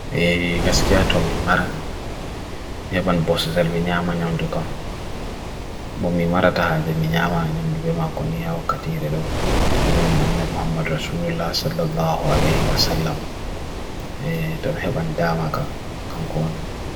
Eee, gas kya tum maran. Mye ban bosa zel binyama nyam dukam. Bo mi marata haja binyama nyam ddu bema koni awa katir elaw. Anjwan nan ek Muhammad Rasulullah sallallahu alaihi wa sallam. Eee, tum heban dham akam, kanko ane.